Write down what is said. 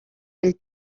del